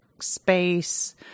space